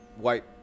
white